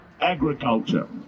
agriculture